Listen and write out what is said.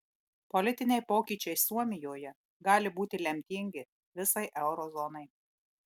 politiniai pokyčiai suomijoje gali būti lemtingi visai euro zonai